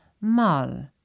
mal